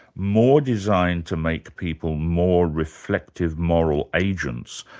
more designed to make people more reflective moral agents,